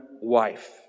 wife